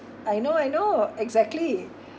I know I know exactly